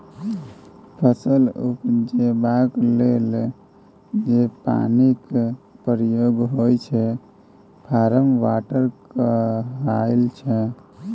फसल उपजेबाक लेल जे पानिक प्रयोग होइ छै फार्म वाटर कहाइ छै